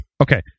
Okay